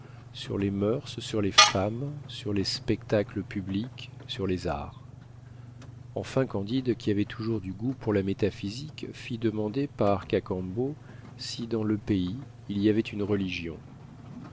sur les moeurs sur les femmes sur les spectacles publics sur les arts enfin candide qui avait toujours du goût pour la métaphysique fit demander par cacambo si dans le pays il y avait une religion